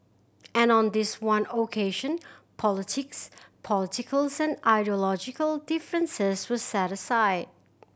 and on this one occasion politics political ideological differences were set aside